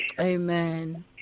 Amen